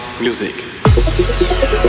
music